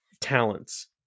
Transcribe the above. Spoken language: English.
talents